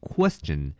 Question